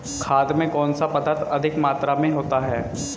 खाद में कौन सा पदार्थ अधिक मात्रा में होता है?